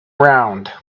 round